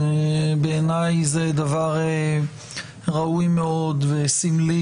ובעיניי זה דבר ראוי מאוד וסמלי,